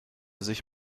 sich